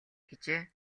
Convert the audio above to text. гэжээ